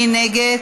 מי נגד?